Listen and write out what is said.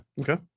Okay